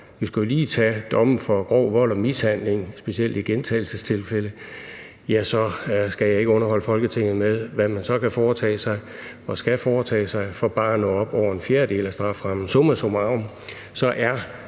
vi kan jo tage domme for grov vold og mishandling, specielt i gentagelsestilfælde, og så skal jeg ikke underholde Folketinget med, hvad man så kan foretage sig og skal foretage sig for bare at nå op over en fjerdedel af strafferammen. Summa summarum